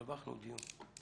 הרווחנו דיון.